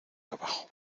abajo